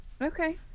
Okay